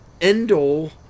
end-all